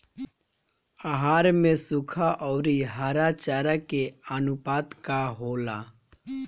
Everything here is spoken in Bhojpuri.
आहार में सुखा औरी हरा चारा के आनुपात का होला?